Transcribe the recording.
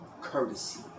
courtesy